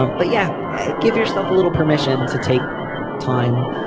um but yeah give yourself a little permission to take time.